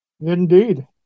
indeed